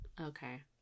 okay